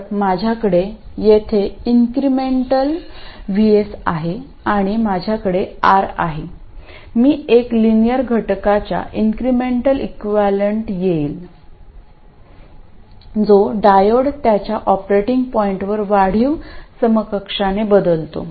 तर माझ्याकडे येथे इन्क्रिमेंटल VS आहे आणि माझ्याकडे R आहे मी एक लिनियर घटकाच्या इन्क्रिमेंटल इक्विवलेंट येईल जो डायोड त्याच्या ऑपरेटिंग पॉईंटवर वाढीव समकक्षाने बदलतो